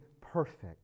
perfect